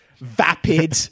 Vapid